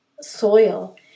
soil